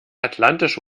atlantische